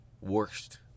Worst